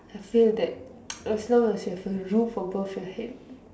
I feel that as long you have a roof above your head